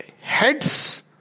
heads